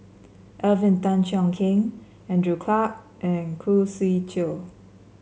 Alvin Tan Cheong Kheng Andrew Clarke and Khoo Swee Chiow